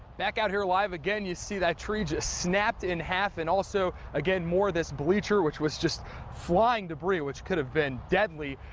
back out here live again you see that tree just snapped in half and also again more of this bleacher which was just flying debris, which could have been deal.